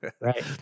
Right